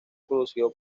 producido